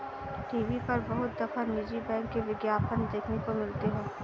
TV पर बहुत दफा निजी बैंक के विज्ञापन देखने को मिलते हैं